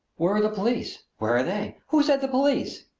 where are the police? where are they? who said the police?